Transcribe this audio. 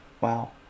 Wow